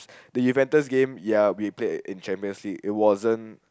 the Juventus game ya we played in Champion's League it wasn't